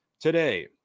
today